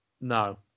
no